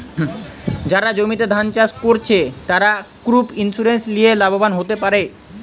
যারা জমিতে ধান চাষ কোরছে, তারা ক্রপ ইন্সুরেন্স লিয়ে লাভবান হোতে পারে